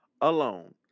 alone